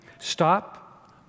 Stop